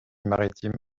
maritime